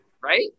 Right